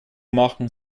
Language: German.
machen